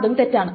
അതും തെറ്റാണ്